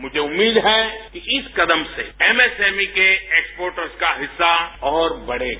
मुझे उम्मीद है कि इस कदम से एमएसएमई के एक्पोर्टरों का हिस्सा और बढ़ेगा